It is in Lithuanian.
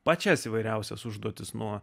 pačias įvairiausias užduotis nuo